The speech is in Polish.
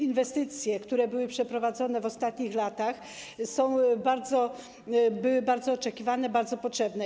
Inwestycje, które były przeprowadzone w ostatnich latach, były bardzo oczekiwane, bardzo potrzebne.